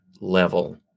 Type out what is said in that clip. level